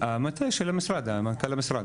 המטה של המשרד, המנכ"ל של המשרד.